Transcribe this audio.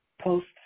post